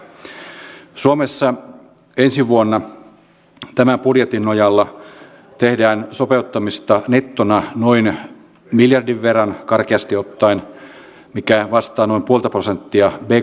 uskoisin että entinen ministeri tietää myös varsin hyvin että sosiaali ja terveysministeriön hallinnonalalla on budjetissa valtavasti kohtia jotka koskettavat tavallisia ihmisiä